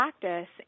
practice